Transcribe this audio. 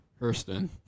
Hurston